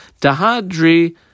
Dahadri